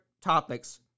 topics